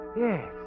Yes